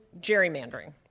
gerrymandering